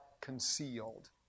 concealed